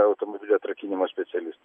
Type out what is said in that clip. automobilio atrakinimo specialistu